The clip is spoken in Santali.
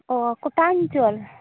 ᱚ ᱠᱚᱴᱟ ᱚᱧᱪᱚᱞ